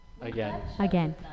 again